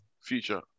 Future